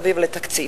מסביב לתקציב.